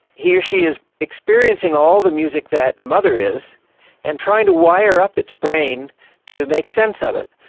he or she is experiencing all the music that the mother is and trying to wire up its brain to make sense of it.